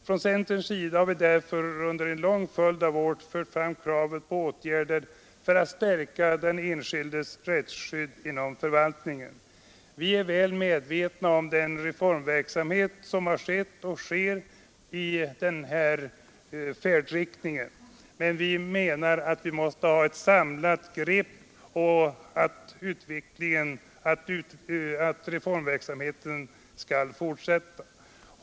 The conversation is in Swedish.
Från centerns sida har vi därför under en lång följd av år fört fram kravet på åtgärder för att stärka den enskildes rättsskydd inom förvaltningen. Vi är väl medvetna om den reformverksamhet som har skett och sker i den här färdriktningen, men vi menar att det måste tas ett samlat grepp och att reformverksamheten skall fortsätta.